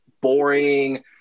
boring